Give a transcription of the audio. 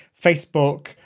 Facebook